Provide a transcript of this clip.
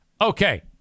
Okay